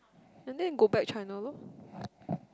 and then go back China loh